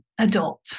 adult